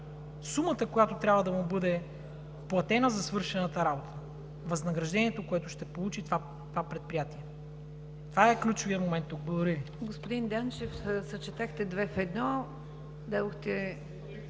сумата, която трябва да му бъде платена за свършената работа, възнаграждението, което ще получи това предприятие? Това е ключовият момент тук. Благодаря